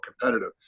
competitive